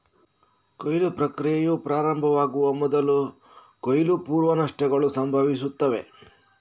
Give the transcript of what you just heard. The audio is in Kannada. ಕೊಯ್ಲು ಪ್ರಕ್ರಿಯೆಯು ಪ್ರಾರಂಭವಾಗುವ ಮೊದಲು ಕೊಯ್ಲು ಪೂರ್ವ ನಷ್ಟಗಳು ಸಂಭವಿಸುತ್ತವೆ